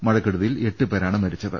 മഴക്കെടുതി യിൽ എട്ടുപേരാണ് മരിച്ചത്